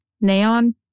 Neon